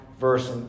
verse